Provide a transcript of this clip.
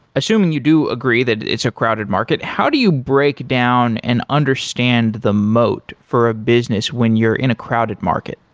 assuming you do agree that it's a crowded market, how do you break down and understand the mote for a business when you're in a crowded market?